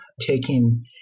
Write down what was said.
taking